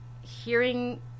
hearing